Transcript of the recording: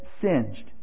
singed